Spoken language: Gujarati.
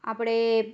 આપડે